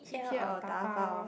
here or dabao